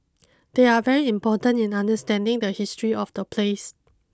they are very important in understanding the history of the place